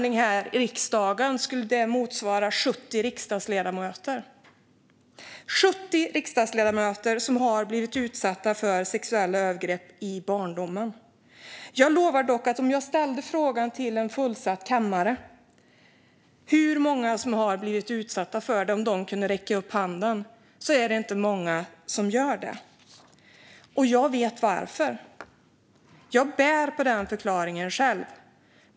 I riksdagen skulle det motsvara 70 riksdagsledamöter som blivit utsatta för sexuella övergrepp i barndomen. Jag lovar dock att om jag ställde frågan här och bad dem som blivit utsatta räcka upp handen skulle inte många göra det. Jag vet varför. Jag bär själv på den förklaringen.